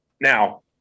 now